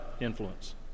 influence